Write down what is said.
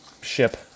ship